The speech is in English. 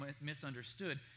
misunderstood